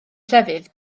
llefydd